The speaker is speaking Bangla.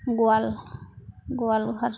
গোয়াল গোয়াল ঘাট